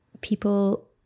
people